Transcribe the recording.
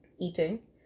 eating